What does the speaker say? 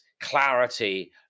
clarity